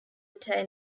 entire